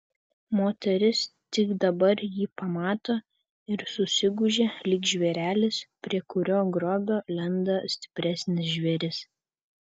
moteris tik dabar jį pamato ir susigūžia lyg žvėrelis prie kurio grobio lenda stipresnis žvėris